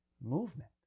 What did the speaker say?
movement